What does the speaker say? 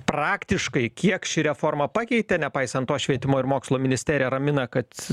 praktiškai kiek ši reforma pakeitė nepaisant to švietimo ir mokslo ministerija ramina kad